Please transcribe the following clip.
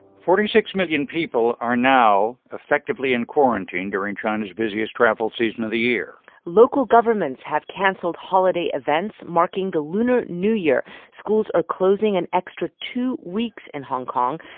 forty-six million people are now effectively in quarantine during china's busiest travel season of the year local governments have canceled holiday events marking the lunar new year. schools are closing an extra two weeks in hong kong.